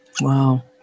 Wow